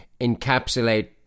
encapsulate